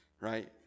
right